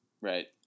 Right